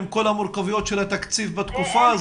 עם כל המורכבויות של התקציב בתקופה הזאת.